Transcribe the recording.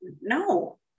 no